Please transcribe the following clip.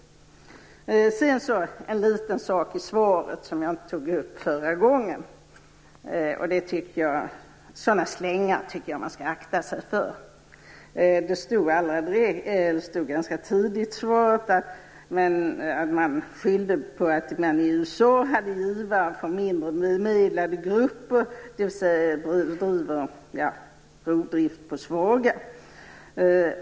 Det fanns en liten sak i svaret som jag inte tog upp förra gången. Sådana slängar tycker jag att man skall akta sig för. Man skyllde ganska tidigt i svaret på att det i USA finns givare från mindre bemedlade grupper, dvs. att det bedrivs rovdrift på svaga.